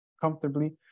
comfortably